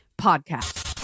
podcast